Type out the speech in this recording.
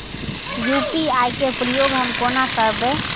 UPI केँ प्रयोग हम कोना करबे?